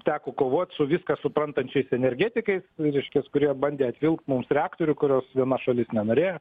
teko kovoti su viską suprantančiais energetikais reiškias kurie bandė apvilkt mums reaktorių kurios viena šalis nenorėjo